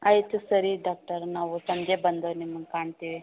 ಆಯಿತು ಸರಿ ಡಾಕ್ಟರ್ ನಾವು ಸಂಜೆ ಬಂದು ನಿಮ್ಮನ್ನು ಕಾಣ್ತೀವಿ